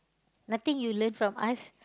nothing you learn from us